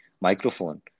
microphone